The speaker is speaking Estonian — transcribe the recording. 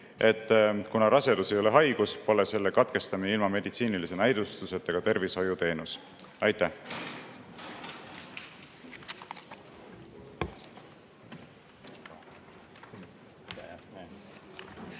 et kuna rasedus ei ole haigus, pole selle katkestamine ilma meditsiinilise näidustuseta ka tervishoiuteenus. Aitäh!